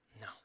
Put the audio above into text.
No